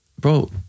bro